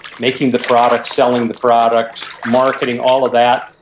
making the product, selling the product, marketing, all of that.